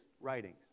writings